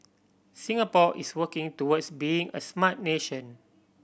Singapore is working towards being a smart nation